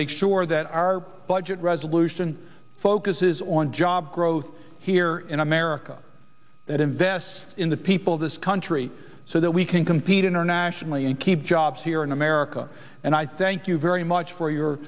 make sure that our budget resolution focuses on job growth here in america that invests in the people of this country so that we can compete internationally and keep jobs here in america and i thank you very much for your